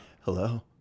Hello